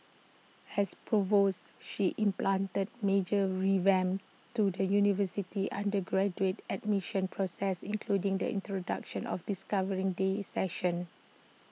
as provost she implemented major revamps to the university's undergraduate admission process including the introduction of discovery day sessions